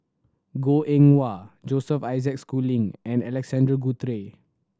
Goh Eng Wah Joseph Isaac Schooling and Alexander Guthrie